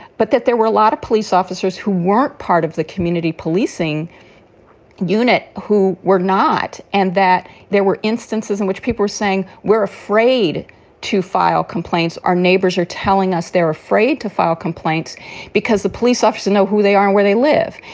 but that there were a lot of police officers who weren't part of the community policing unit who were not, and that there were instances in which people were saying, we're afraid to file complaints. our neighbors are telling us they're afraid to file complaints because the police officers know who they are, where they live.